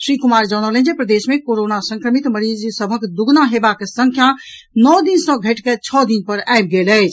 श्री कुमार जनौलनि जे प्रदेश मे कोरोना संक्रमित मरीज सभक दूगुना हेबाक संख्या नओ दिन सँ घटि कऽ छओ दिन पर आबि गेल अछि